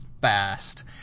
fast